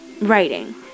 writing